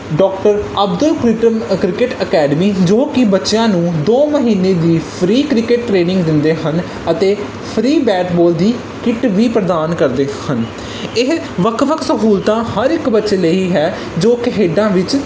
doctor Abdul ਕ੍ਰਿਟਨ cricket academy ਜੋ ਕਿ ਬੱਚਿਆਂ ਨੂੰ ਦੋ ਮਹੀਨੇ ਦੀ ਫਰੀ ਕ੍ਰਿਕਟ ਟ੍ਰੇਨਿੰਗ ਦਿੰਦੇ ਹਨ ਅਤੇ ਫਰੀ ਬੈਟ ਬੋਲ ਦੀ ਕਿੱਟ ਵੀ ਪ੍ਰਦਾਨ ਕਰਦੇ ਹਨ ਇਹ ਵੱਖ ਵੱਖ ਸਹੂਲਤਾਂ ਹਰ ਇੱਕ ਬੱਚੇ ਲਈ ਹੈ ਜੋ ਖੇਡਾਂ ਵਿੱਚ